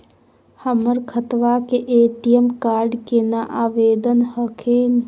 हमर खतवा के ए.टी.एम कार्ड केना आवेदन हखिन?